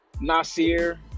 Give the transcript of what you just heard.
Nasir